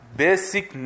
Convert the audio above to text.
basic